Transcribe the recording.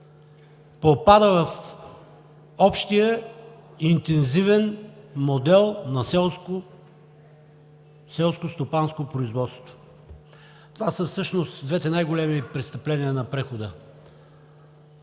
попада в общия интензивен модел на селскостопанско производство. Това са двете най-големи престъпления на прехода,